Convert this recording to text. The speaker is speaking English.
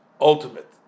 ultimate